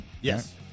Yes